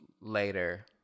later